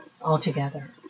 altogether